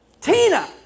Tina